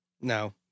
No